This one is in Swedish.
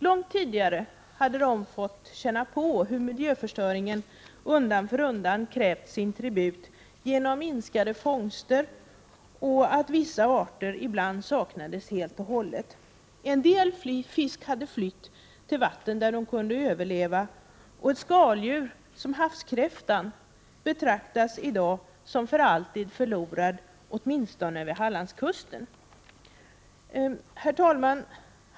Långt tidigare hade de fått känna på hur miljöförstörningar undan för undan krävt sin tribut: fångsterna minskade och vissa arter saknades ibland helt och hållet. En del fisk har flytt till vatten där de kunde överleva. Ett skaldjur som havskräftan betraktas i dag som för alltid förlorad åtminstone vid Hallandskusten. Herr talman!